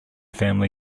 family